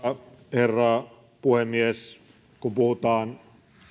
herra puhemies kun puhutaan